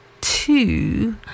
two